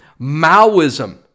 Maoism